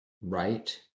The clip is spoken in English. right